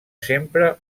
sempre